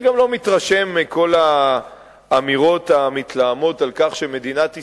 אני גם לא מתרשם מכל האמירות המתלהמות על כך שמדינת ישראל,